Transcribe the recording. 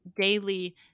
daily